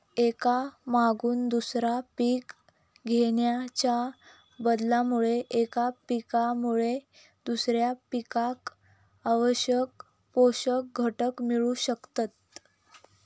एका मागून दुसरा पीक घेणाच्या बदलामुळे एका पिकामुळे दुसऱ्या पिकाक आवश्यक पोषक घटक मिळू शकतत